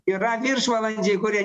yra viršvalandžiai kurie